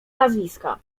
nazwiska